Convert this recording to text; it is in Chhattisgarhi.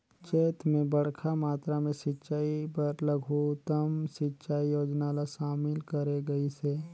चैत मे बड़खा मातरा मे सिंचई बर लघुतम सिंचई योजना ल शामिल करे गइस हे